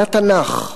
זה התנ"ך.